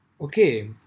okay